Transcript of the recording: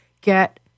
get